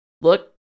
Look